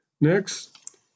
Next